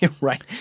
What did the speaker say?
right